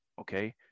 Okay